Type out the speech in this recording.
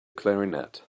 clarinet